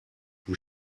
vous